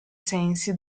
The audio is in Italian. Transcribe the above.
sensi